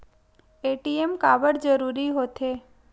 ATM काबर जरूरी हो थे?